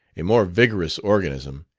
a more vigorous organism,